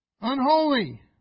Unholy